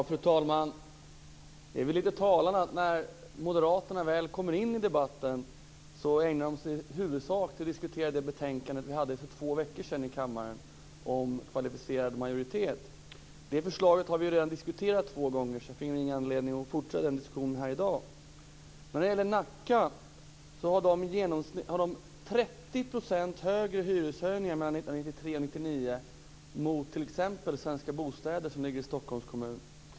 Fru talman! Det är lite talande att moderaterna när de väl kommer in i debatten i huvudsak ägnar sig åt att diskutera det betänkande vi behandlade i kammaren för två veckor sedan om kvalificerad majoritet. Det förslaget har vi redan diskuterat två gånger. Jag finner därför ingen anledning att fortsätta den diskussionen här i dag. I Nacka har man i genomsnitt haft 30 % högre hyreshöjningar 1993-1999 än t.ex. Svenska Bostäder, som ligger i Stockholms kommun.